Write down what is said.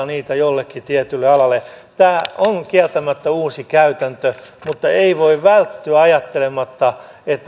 niitä jollekin tietylle alalle tämä on kieltämättä uusi käytäntö mutta ei voi välttyä ajattelemasta